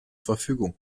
verfügung